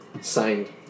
signed